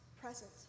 presence